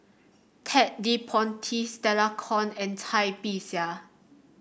Ted De Ponti Stella Kon and Cai Bixia